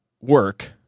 work